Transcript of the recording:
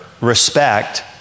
respect